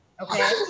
okay